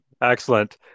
excellent